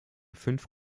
fünf